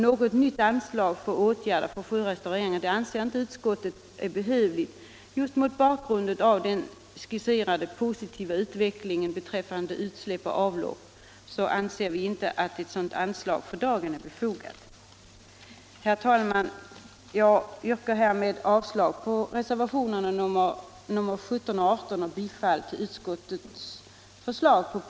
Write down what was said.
Något nytt anslag till åtgärder för sjörestaurering bör inte vara behövligt just mot bakgrund av den skisserade positiva utvecklingen i fråga om utsläpp och avlopp.